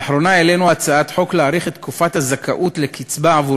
העלינו לאחרונה הצעת חוק להארכת תקופת הזכאות לקצבה עבור